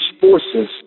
forces